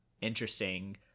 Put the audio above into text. interesting